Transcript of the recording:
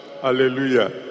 Hallelujah